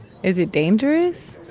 is it dangerous?